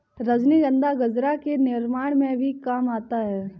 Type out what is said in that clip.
रजनीगंधा गजरा के निर्माण में भी काम आता है